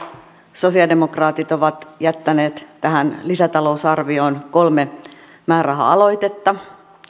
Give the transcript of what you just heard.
sosialidemokraatit ovat jättäneet tähän lisätalousarvioon kolme määräraha aloitetta